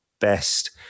best